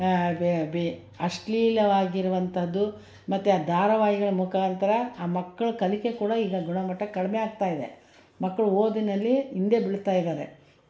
ಆ ಬೆ ಅಶ್ಲೀಲವಾಗಿ ಇರುವಂಥದ್ದು ಮತ್ತು ಆ ಧಾರವಾಹಿಗಳ ಮುಖಾಂತರ ಆ ಮಕ್ಳ ಕಲಿಕೆ ಕೂಡ ಈಗ ಗುಣಮಟ್ಟ ಕಡಿಮೆಯಾಗ್ತ ಇದೆ ಮಕ್ಳು ಓದಿನಲ್ಲಿ ಹಿಂದೆ ಬೀಳ್ತಾ ಇದ್ದಾರೆ